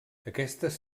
aquestes